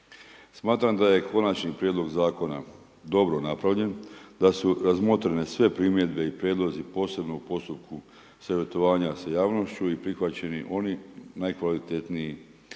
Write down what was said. Smatram da je Konačni prijedlog zakona dobro napravljen, da su razmotrene sve primjedbe i prijedlozi posebno u postupku savjetovanja sa javnošću i prihvaćani oni najkvalitetniji